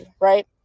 Right